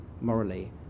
morally